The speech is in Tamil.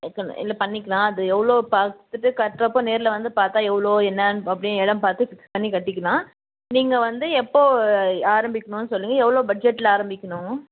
இருக்குதுன்னு இல்லை பண்ணிக்கலாம் அது எவ்வளோ பார்த்துட்டு கட்டுறப்ப நேரில் வந்து பார்த்தா எவ்வளோ என்னென்னு அப்படியே இடம் பார்த்து ஃபிக்ஸ் பண்ணி கட்டிக்கலாம் நீங்கள் வந்து எப்போது ஆரம்பிக்கணும்னு சொல்லுங்கள் எவ்வளோ பட்ஜெட்டில் ஆரம்பிக்கணும்